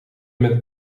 met